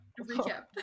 recap